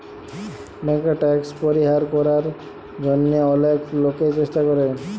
ব্যাংকে ট্যাক্স পরিহার করার জন্যহে অলেক লোকই চেষ্টা করে